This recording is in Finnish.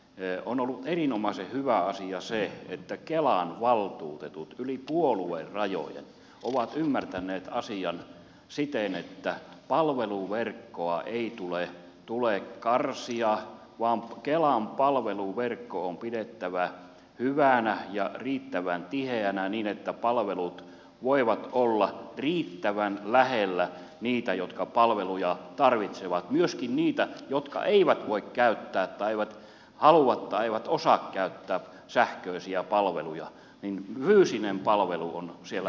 mutta on ollut erinomaisen hyvä asia se että kelan valtuutetut yli puoluerajojen ovat ymmärtäneet asian siten että palveluverkkoa ei tule karsia vaan kelan palveluverkko on pidettävä hyvänä ja riittävän tiheänä niin että palvelut voivat olla riittävän lähellä niitä jotka palveluja tarvitsevat myöskin lähellä niitä jotka eivät voi käyttää tai eivät halua tai eivät osaa käyttää sähköisiä palveluja on se fyysinen palvelu